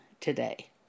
today